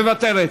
מוותרת.